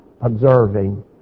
observing